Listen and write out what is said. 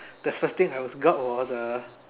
the first thing I was got was a